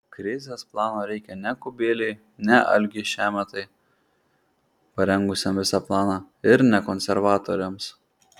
krizės plano reikia ne kubiliui ne algiui šemetai parengusiam visą planą ir ne konservatoriams